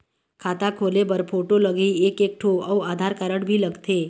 खाता खोले बर फोटो लगही एक एक ठो अउ आधार कारड भी लगथे?